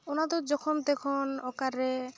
ᱚᱱᱟᱫᱚ ᱡᱚᱠᱷᱚᱱ ᱛᱚᱠᱷᱚᱱ ᱚᱠᱟᱨᱮ